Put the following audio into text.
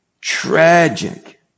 Tragic